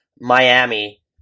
Miami